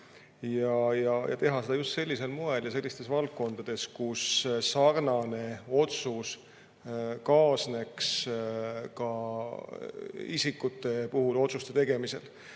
teha seda just sellisel moel ja sellistes valdkondades, kus sarnane otsus kaasneks ka [inimeste poolt] otsuste tegemisel.